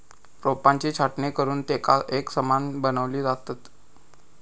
रोपांची छाटणी करुन तेंका एकसमान बनवली जातत